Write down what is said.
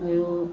আৰু